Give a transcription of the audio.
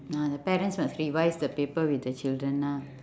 ah the parents must revise the paper with the children ah